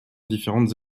différentes